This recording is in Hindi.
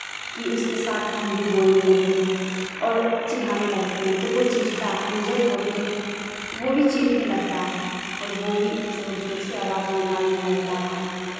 कि उसके साथ हम भी बोलने लगते हैं और चिढ़ाने लगते हैं तो वो चिढ़ता है हम जब बोलते हैं तो वो भी चिढ़ने लगता है और वो भी जोर जोर से अवाज़ निकालने लगता है